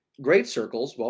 great circles, well,